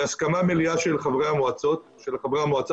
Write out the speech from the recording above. בהסכמה מלאה של חברי המועצה שלנו,